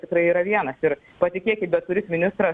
tikrai yra vienas ir patikėkit bet kuris ministras